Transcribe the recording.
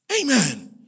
Amen